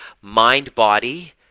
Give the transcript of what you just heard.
mind-body